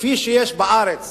כפי שיש בארץ